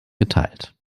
geteilt